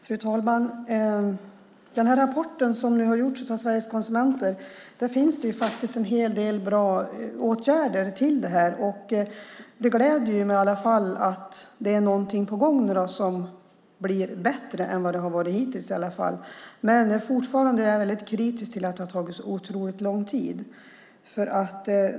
Fru talman! I den rapport som nu har gjorts av Sveriges Konsumenter finns det faktiskt en hel del bra åtgärder. Och det gläder mig att det nu är någonting på gång, så att det blir bättre än vad det har varit hittills i alla fall. Men jag är fortfarande väldigt kritisk till att det har tagit så otroligt lång tid.